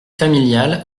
familiale